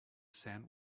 sand